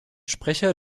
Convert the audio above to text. sprecher